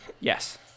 yes